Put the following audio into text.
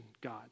God